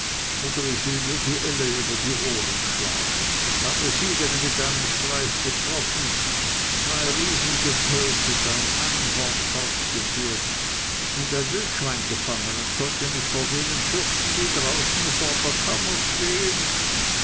oder ich will dir die elle über die ohren schlagen ich habe siebene mit einem streiche getroffen zwei riesen getötet ein einhorn fortgeführt und ein wildschwein gefangen und sollte mich vor denen fürchten die draußen vor der kammer stehen